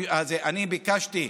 אני ביקשתי,